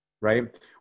Right